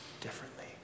differently